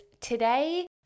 today